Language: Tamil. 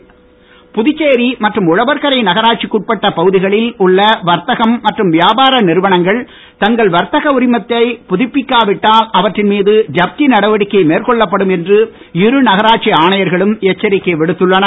உரிம ம் புதுச்சேரி மற்றும் உழவர் ரை ந ராட்சிக்குட்பட்ட பகுதி ளில் உள்ள வர்த் ம் மற்றும் வி ாபார நிறுவனங் ள் ங் ள் வர்த் உரிமத் புதுப்பிக் ரவிட்டால் அவற்றின் மீது ஜப்தி நடவடிக் மேற் ொள்ளப்படும் என்று இருந ராட்சி ஆணை ர் ளும் எச்சரிக் விடுத்துள்ளனர்